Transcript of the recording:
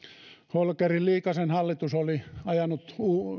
holkerin liikasen hallitus oli ajanut